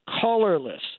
colorless